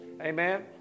Amen